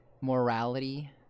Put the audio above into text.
morality